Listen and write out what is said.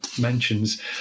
mentions